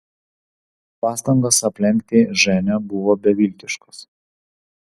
pastangos aplenkti ženią buvo beviltiškos